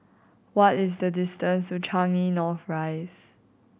what is the distance to Changi North Rise